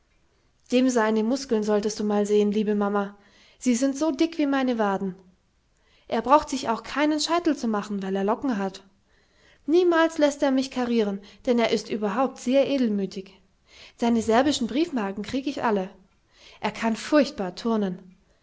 dem seine muskeln solltest du mal sehen liebe mamma sie sind so dick wie meine waden er braucht sich auch keinen scheitel zu machen weil er locken hat niemals läßt er mich karieren denn er ist überhaupt sehr edelmütig seine serbischen briefmarken krieg ich alle er kann furchtbar turnen